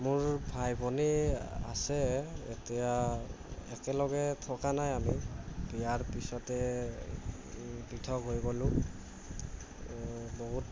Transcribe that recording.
মোৰ ভাই ভনী আছে এতিয়া একেলগে থকা নাই আমি বিয়াৰ পিছতে পৃথক হৈ গ'লোঁ বহুত